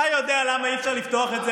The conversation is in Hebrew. אתה יודע למה אי-אפשר לפתוח את זה